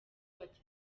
bati